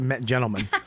gentlemen